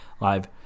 live